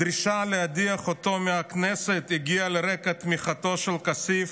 הדרישה להדיח אותו מהכנסת הגיעה על רקע תמיכתו של כסיף